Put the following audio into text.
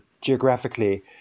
geographically